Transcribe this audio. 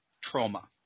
trauma